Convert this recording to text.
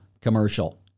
commercial